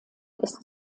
ist